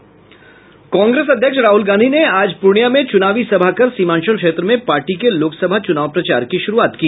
कांग्रेस अध्यक्ष राहल गांधी ने आज पूर्णियां में चूनावी सभा कर सीमांचल क्षेत्र में पार्टी के लोकसभा चूनाव प्रचार की शुरूआत की